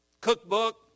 cookbook